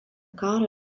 karą